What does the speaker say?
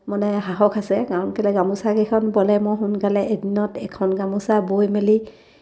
মানে সাহস আছে কাৰণ কেলৈ গামোচাকেইখন বোলে মোৰ সোনকালে এদিনত এখন গামোচা বৈ মেলি